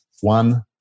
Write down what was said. one